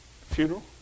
funeral